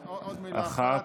רק עוד מילה אחת.